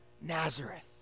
Nazareth